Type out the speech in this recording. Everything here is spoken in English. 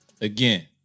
Again